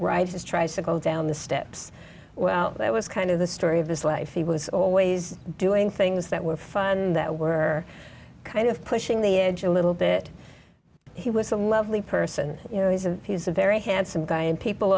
his tries to go down the steps well that was kind of the story of his life he was always doing things that were fun that were kind of pushing the edge a little bit he was a lovely person you know he's a he's a very handsome guy and people